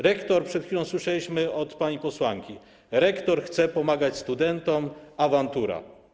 Rektor - przed chwilą słyszeliśmy od pani posłanki - rektor chce pomagać studentom, awantura.